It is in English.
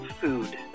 food